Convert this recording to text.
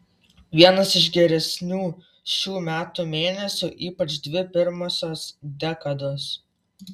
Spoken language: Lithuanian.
vienas iš geresnių šių metų mėnesių ypač dvi pirmosios dekados